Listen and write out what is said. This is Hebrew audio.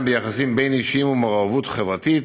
ביחסים בין-אישיים ומעורבות חברתית,